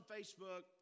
Facebook